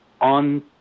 on